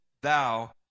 thou